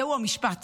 זהו המשפט